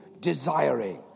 desiring